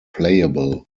playable